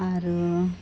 आरो